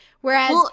whereas